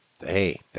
hey